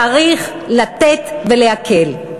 צריך לתת ולהקל.